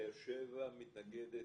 באר שבע, פרופ' כרמי מתנגדת.